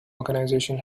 organisation